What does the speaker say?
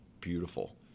beautiful